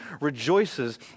rejoices